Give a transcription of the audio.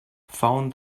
found